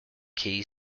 key